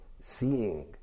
seeing